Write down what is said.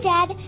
Dad